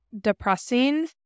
depressing